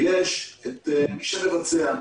ויש את מי שמבצע.